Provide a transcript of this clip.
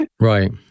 Right